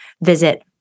Visit